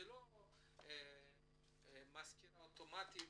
זה לא מזכירה אוטומטית